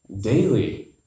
daily